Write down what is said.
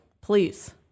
please